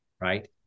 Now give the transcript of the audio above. Right